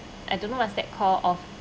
I don't know what's that call of